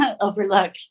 overlook